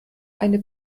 eine